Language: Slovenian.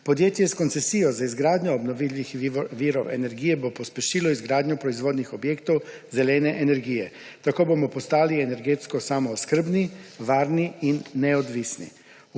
Podjetje s koncesijo za izgradnjo obnovljivih virov energije bo pospešilo izgradnjo proizvodnih objektov zelene energije. Tako bomo ostali energetsko samooskrbni, varni in neodvisni.